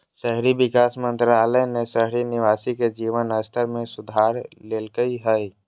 शहरी विकास मंत्रालय ने शहरी निवासी के जीवन स्तर में सुधार लैल्कय हइ